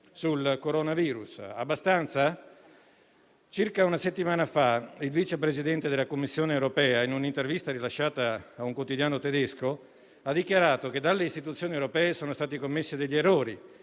sul coronavirus. Abbastanza? Circa una settimana fa il Vice Presidente della Commissione europea, in un'intervista rilasciata a un quotidiano tedesco, ha dichiarato che dalle istituzioni europee sono stati commessi degli errori